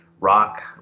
rock